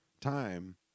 time